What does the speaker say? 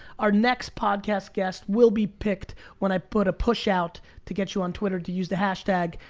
our next podcast guest will be picked when i put a push out to get you on twitter, to use the hashtag.